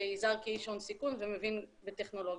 ויזהר כאיש הון סיכון ומבין בטכנולוגיות.